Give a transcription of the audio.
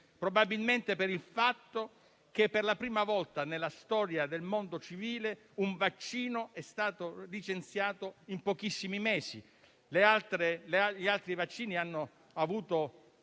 probabilmente per il fatto che per la prima volta nella storia del mondo civile un vaccino è stato licenziato in pochissimi mesi, mentre gli altri vaccini hanno avuto